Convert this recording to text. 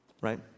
right